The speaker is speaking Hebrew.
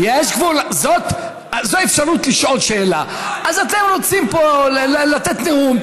זו אפשרות לשאול שאלה, אז אתם רוצים פה לתת נאום.